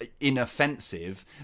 inoffensive